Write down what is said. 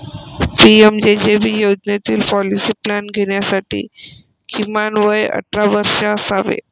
PMJJB योजनेतील policy plan घेण्यासाठी किमान वय अठरा वर्षे असावे